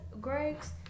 Greg's